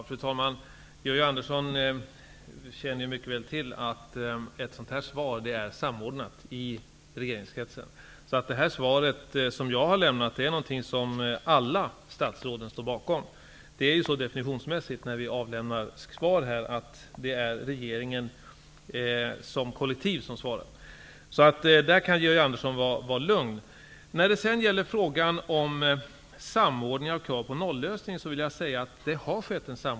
Fru talman! Georg Andersson känner mycket väl till att ett frågesvar är samordnat i regeringskretsen. Alla statsråden står bakom det svar jag har lämnat. När vi avlämnar svar här i kammaren är det ju definitionsmässigt så, att det är regeringen kollektivt som svarar. Där kan Georg Andersson vara lugn. Det har skett en samordning av krav på nollösning.